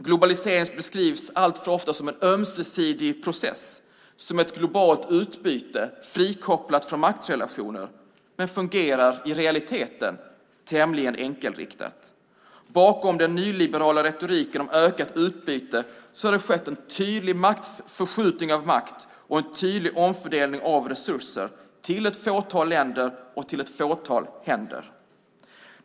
Globalisering beskrivs ofta som en ömsesidig process, som ett globalt utbyte frikopplat från maktrelationer, men det fungerar i realiteten tämligen enkelriktat. Bakom den nyliberala retoriken om ökat utbyte har det skett en tydlig förskjutning av makt och en tydlig omfördelning av resurser till ett fåtal länder och till ett fåtal händer.